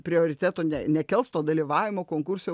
prioriteto ne nekels to dalyvavimo konkurse